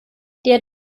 der